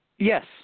Yes